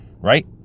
right